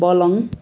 पलङ